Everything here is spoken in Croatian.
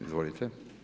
Izvolite.